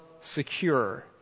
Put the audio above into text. secure